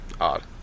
Odd